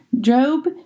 Job